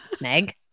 Meg